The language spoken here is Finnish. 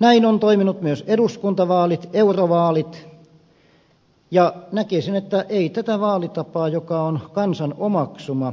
näin ovat toimineet myös eduskuntavaalit eurovaalit ja näkisin että ei tätä vaalitapaa joka on kansan omaksuma